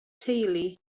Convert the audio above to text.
teulu